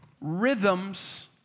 rhythms